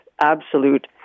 absolute